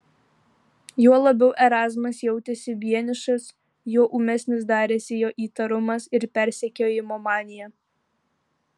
juo labiau erazmas jautėsi vienišas juo ūmesnis darėsi jo įtarumas ir persekiojimo manija